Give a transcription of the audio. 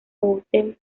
hotels